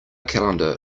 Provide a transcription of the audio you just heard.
calendar